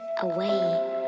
away